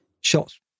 shots